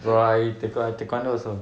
bro I in tae~ taekwondo also